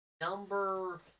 Number